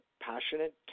passionate